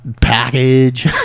Package